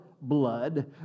blood